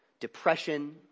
Depression